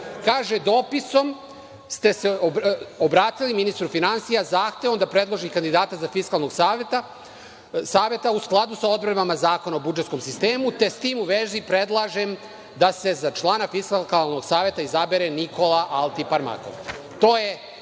dopisom ste se obratili ministru finansija zahtevom da predloži kandidata za Fiskalni savet, u skladu sa odredbama Zakona o budžetskom sistemu, te s tim u vezi predlažem da se za člana Fiskalnog saveta izabere Nikola Altiparmatov.